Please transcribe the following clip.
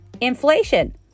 inflation